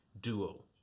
duo